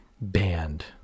Banned